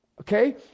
Okay